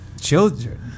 Children